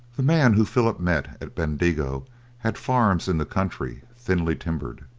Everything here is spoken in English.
the man whom philip met at bendigo had farms in the country thinly timbered.